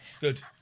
Good